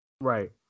Right